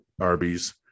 arby's